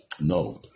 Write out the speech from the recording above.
no